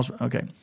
Okay